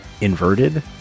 inverted